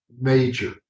major